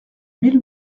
mille